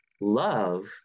Love